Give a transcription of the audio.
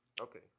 Okay